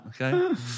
okay